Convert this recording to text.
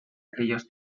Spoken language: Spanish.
aquellos